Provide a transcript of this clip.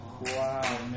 Wow